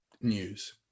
news